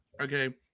okay